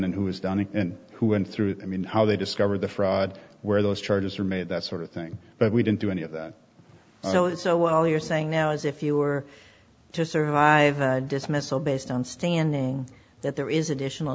and who has done it and who went through i mean how they discovered the fraud where those charges are made that sort of thing but we didn't do any of that so it's oh well you're saying now is if you were to survive a dismissal based on standing that there is additional